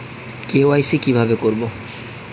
KYC কিভাবে করব?